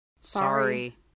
Sorry